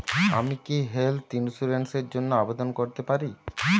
আমি কি health insurance র জন্য আবেদন করতে পারি?